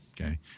okay